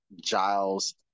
giles